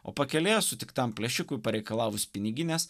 o pakelyje sutiktam plėšikų pareikalavus piniginės